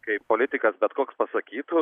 kaip politikas bet koks pasakytų